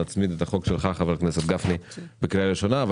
נצמיד את החוק של חבר הכנסת גפני בקריאה ראשונה אבל